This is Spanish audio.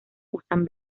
usan